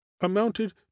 amounted